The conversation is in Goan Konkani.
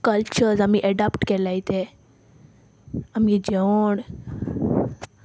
कल्चर आमी एडाप्ट केल्याय ते आमगे जेवण